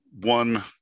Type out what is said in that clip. one